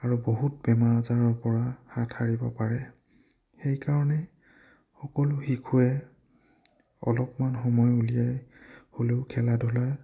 আৰু বহুত বেমাৰ আজাৰৰ পৰা হাত সাৰিব পাৰে সেইকাৰণে সকলো শিশুৱে অলপমান সময় উলিয়াই হ'লেও খেলা ধূলা